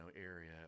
area